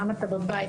פעם אתה בבית,